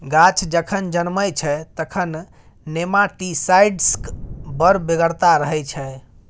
गाछ जखन जनमय छै तखन नेमाटीसाइड्सक बड़ बेगरता रहय छै